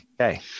okay